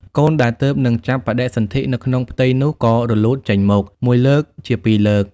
កូនដែលទើបនឹងចាប់បដិសន្ធិនៅក្នុងផ្ទៃនោះ ក៏រលូតចេញមក មួយលើកជា ពីរលើក។